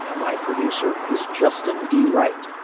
my producer is justin d right.